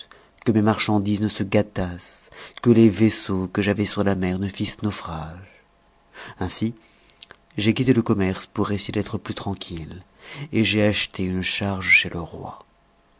que mes marchandises ne se gâtassent que les vaisseaux que j'avais sur la mer ne fissent naufrage ainsi j'ai quitté le commerce pour essayer d'être plus tranquille et j'ai acheté une charge chez le roi